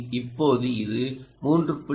இப்போது இது 3